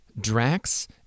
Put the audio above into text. Drax